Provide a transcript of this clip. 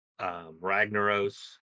Ragnaros